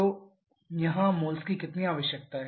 तो यहां मोल्स की कितनी आवश्यकता है